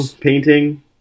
painting